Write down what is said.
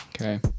Okay